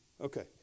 Okay